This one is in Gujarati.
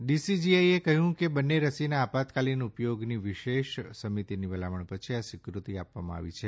ડીસીજીઆઇએ કહયું કે બંને રસીઓના આયાતકાલીન ઉપયોગની વિશેષ સમિતિની ભલામણ પછી આ સ્વીકૃતિ આપવામાં આવી છે